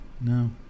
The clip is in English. no